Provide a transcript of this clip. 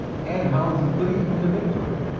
and howls of glee from the victor,